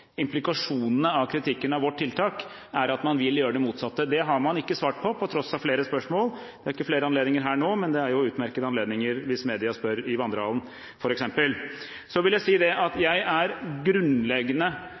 implikasjonene av kritikken av vårt tiltak er at man vil gjøre det motsatte. Det har man ikke svart på, til tross for flere spørsmål. Det er ikke flere anledninger her nå, men det er jo utmerkete anledninger hvis media spør i vandrehallen f.eks. Så vil jeg si at